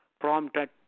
prompted